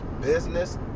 business